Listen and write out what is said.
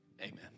amen